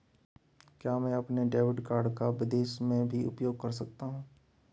क्या मैं अपने डेबिट कार्ड को विदेश में भी उपयोग कर सकता हूं?